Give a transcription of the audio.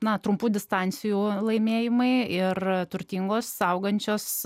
na trumpų distancijų laimėjimai ir turtingos augančios